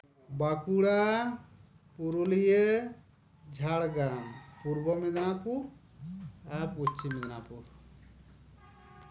ᱵᱟᱸᱠᱩᱲᱟ ᱯᱩᱨᱩᱞᱤᱭᱟᱹ ᱡᱷᱟᱲᱜᱨᱟᱢ ᱯᱩᱨᱵᱚ ᱢᱤᱫᱱᱟᱯᱩᱨ ᱟᱨ ᱯᱚᱪᱪᱷᱤᱢ ᱢᱮᱫᱱᱟᱯᱩᱨ